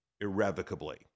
irrevocably